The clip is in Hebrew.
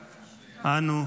אנו,